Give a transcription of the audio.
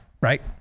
right